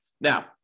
Now